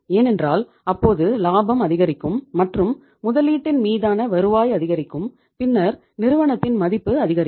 ஏனென்றால் அப்போது லாபம் அதிகரிக்கும் மற்றும் முதலீட்டின் மீதான வருவாய் அதிகரிக்கும் பின்னர் நிறுவனத்தின் மதிப்பு அதிகரிக்கும்